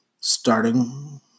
starting